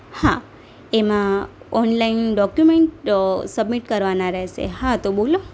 હા એમાં online document submit કરવાના રહેશે હા તો બોલો